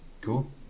Cool